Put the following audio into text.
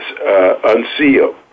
Unsealed